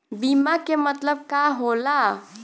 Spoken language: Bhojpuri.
बीमा के मतलब का होला?